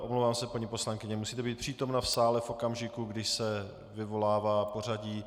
Omlouvám se, paní poslankyně, musíte být přítomna v sále v okamžiku, kdy se vyvolává pořadí.